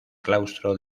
claustro